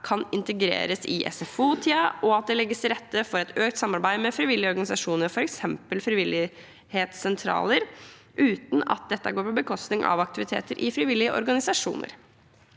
kan integreres i SFO-tiden, og at det legges til rette for et økt samarbeid med frivillige organisasjoner, f.eks. frivilligsentraler, uten at dette går på bekostning av aktiviteter i frivillige organisasjoner.